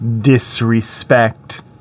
disrespect